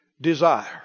desire